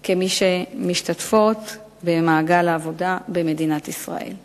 שמשתתפות במעגל העבודה במדינת ישראל.